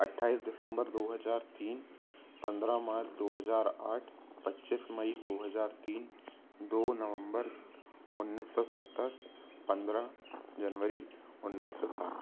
अट्ठाइस दिसंबर दो हजार तीन पन्द्रह मार्च दो हजार आठ पच्चीस मई दो हजार तीन दो नवंबर उन्नीस सौ सत्तर पन्द्रह जनवरी उन्नीस सौ साठ